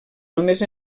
només